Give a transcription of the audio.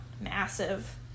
massive